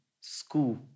school